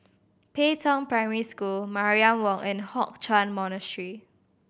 Pei Tong Primary School Mariam Walk and Hock Chuan Monastery